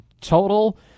total